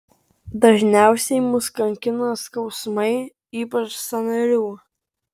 dažniausiai mus kankina skausmai ypač sąnarių